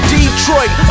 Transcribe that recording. Detroit